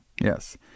Yes